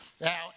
Now